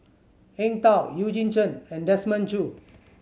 Eng Tow Eugene Chen and Desmond Choo